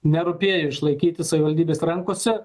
nerūpėjo išlaikyti savivaldybės rankose